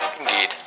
indeed